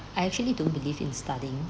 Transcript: I actually don't believe in studying